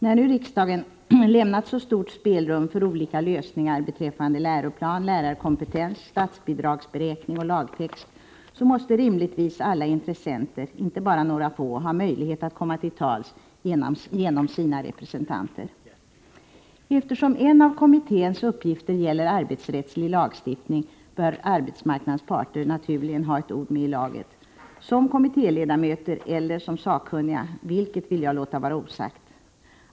När nu riksdagen lämnat så stort spelrum för olika lösningar när det gäller läroplan, lärarkompetens, statsbidragsberäkning och lagtext måste rimligtvis alla intressenter, inte bara några få, ha möjlighet att komma till tals genom sina representanter. Eftersom en av kommitténs uppgifter gäller arbetsrättslig lagstiftning, bör arbetsmarknadens parter naturligen ha ett ord med i laget, som kommittéledamöter eller som sakkunniga — vilket vill jag låta vara osagt.